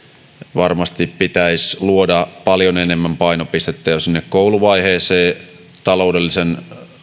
varmasti pitäisi luoda paljon enemmän painopistettä jo sinne kouluvaiheeseen oman taloudellisen